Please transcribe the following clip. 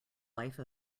life